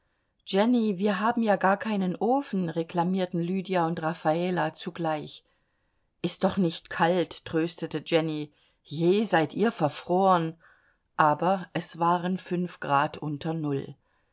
jenny wir haben ja gar keinen ofen reklamierten lydia und raffala zugleich ist doch nicht kalt tröstete jenny je seid ihr verfroren aber es waren fünf grad unter null